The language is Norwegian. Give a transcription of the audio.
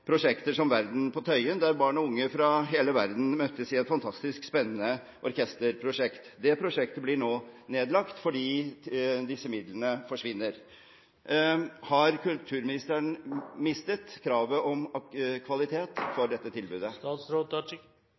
prosjekter som «Verden på Tøyen», der barn og unge fra hele verden møttes i et fantastisk spennende orkesterprosjekt. Det prosjektet blir nå nedlagt fordi disse midlene forsvinner. Har kulturministeren mistet kravet om kvalitet for dette tilbudet?